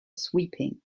sweeping